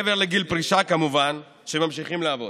מעבר לגיל פרישה, כמובן, שממשיכים לעבוד.